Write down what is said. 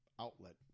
outlet